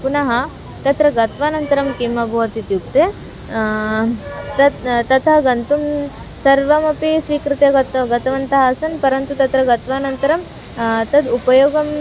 पुनः तत्र गत्वानन्तरं किम् अभवत् इत्युक्ते तत् तथा गन्तुं सर्वमपि स्वीकृत्य गत गतवन्तः आस्म परन्तु तत्र गत्वानन्तरं तद् उपयोगं